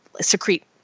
secrete